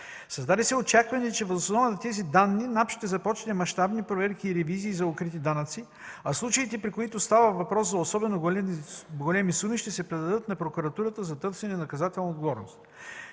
Създаде се очакване, че въз основа на тези данни НАП ще започне мащабни проверки и ревизии за укрити данъци, а случаите, при които става въпрос за особено големи суми, ще се предадат на прокуратурата за търсене на наказателна отговорност.